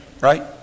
Right